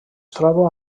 troba